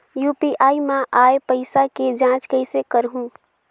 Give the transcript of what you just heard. UPI मा आय पइसा के जांच कइसे करहूं?